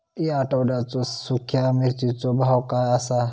या आठवड्याचो सुख्या मिर्चीचो भाव काय आसा?